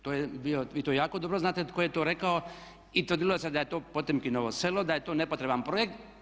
To je bio, vi to jako dobro znate tko je to rekao i to je vidjelo se da je to Potemkinovo selo, da je to nepotreban projekt.